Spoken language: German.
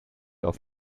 auf